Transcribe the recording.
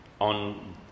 on